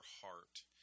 heart